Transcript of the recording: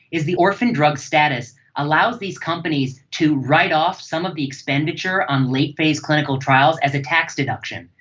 is the orphan drug status allows these companies to write off some of the expenditure on late phase clinical trials as a tax deduction.